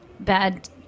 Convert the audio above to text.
Bad